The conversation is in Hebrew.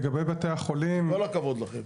אז לגבי בתי החולים --- עם כל הכבוד לכם.